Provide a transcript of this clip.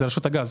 זה רשות הגז.